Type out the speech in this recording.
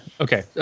Okay